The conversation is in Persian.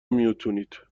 میتونید